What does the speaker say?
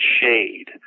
shade